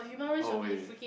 no way